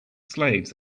slaves